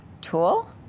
Tool